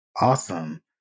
Awesome